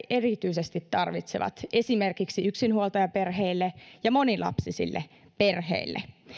erityisesti tarvitsevat esimerkiksi yksinhuoltajaperheille ja monilapsisille perheille